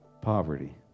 poverty